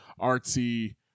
artsy